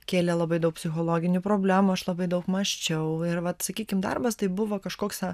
kėlė labai daug psichologinių problemų aš labai daug mąsčiau ir vat sakykim darbas tai buvo kažkoks